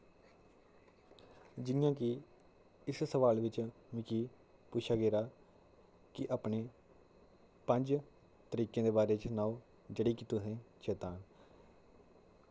जि'यां की इस सवाल विच मिगी पुच्छेआ गेदा की अपनी पंज तरीकें दे बारे च सनाओ जेह्ड़ी कि तुसें चेत्ता न